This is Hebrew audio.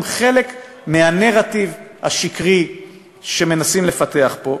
הם חלק מהנרטיב השקרי שמנסים לפתח פה,